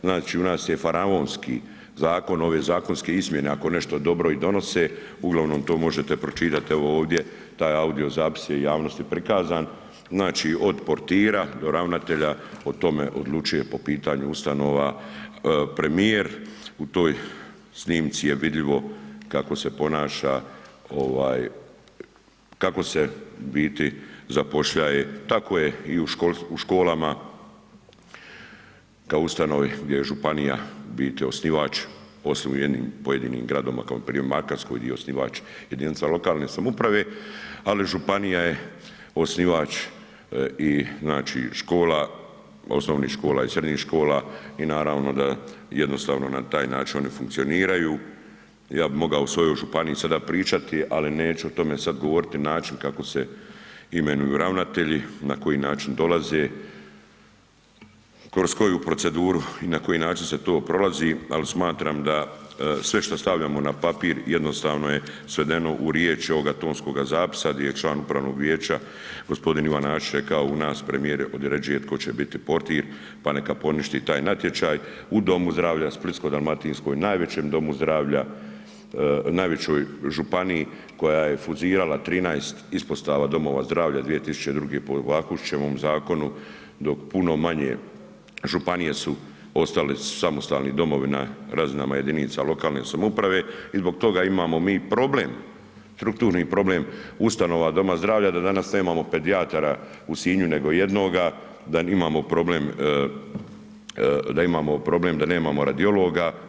Znači u nas je faraonski zakon, ove zakonske izmjene ako nešto dobro i donose, uglavnom to možete pročitat evo ovdje, taj audio zapis je javnosti prikazan, znači od portira do ravnatelja o tome odlučuje po pitanju ustanova premijer, u toj snimci je vidljivo kako se ponaša, kako se u biti zapošljaje, tako je i u školama kao ustanovi gdje je županija u biti osnivač, osim u jednim pojedinim gradovima kao npr. u Makarskoj di je osnivač jedinica lokalne samouprave, ali županija je osnivač i znači škola, osnovnih škola i srednjih škola i naravno da jednostavno na taj način oni funkcioniraju, ja bi mogao o svojoj županiji sada pričati, ali neću o tome sad govoriti, način kako se imenuju ravnatelji, na koji način dolaze, kroz koju proceduru i na koji način se to prolazi, al smatram da sve što stavljamo na papir jednostavno je svedeno u riječ ovoga tonskoga zapisa gdje je član upravnog vijeća g. Ivan Nasić rekao u nas premijer određuje tko će biti portir, pa neka poništi taj natječaj u domu zdravlja Splitsko-dalmatinskoj, najvećem domu zdravlja, najvećoj županiji koja je fuzirala 13 ispostava domova zdravlja 2002. po Vakušićevom zakonu, dok puno manje županije su, ostali su samostalni domovi na razinama jedinica lokalne samouprave i zbog toga imamo mi problem, strukturni problem ustanova doma zdravlja da danas nemamo pedijatara u Sinju nego jednoga, da imamo problem da nemamo radiologa.